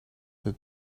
that